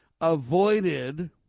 avoided